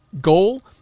goal